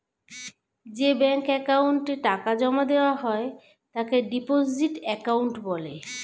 যে ব্যাঙ্ক অ্যাকাউন্টে টাকা জমা দেওয়া হয় তাকে ডিপোজিট অ্যাকাউন্ট বলে